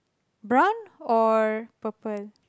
brown or purple